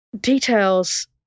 details